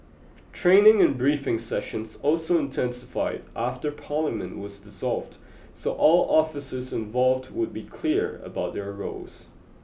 training and briefing sessions also intensified after Parliament was dissolved so all officers involved would be clear about their roles